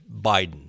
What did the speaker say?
Biden